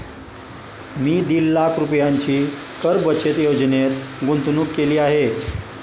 मी दीड लाख रुपयांची कर बचत योजनेत गुंतवणूक केली आहे